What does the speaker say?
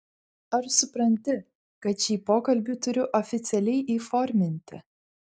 ar supranti kad šį pokalbį turiu oficialiai įforminti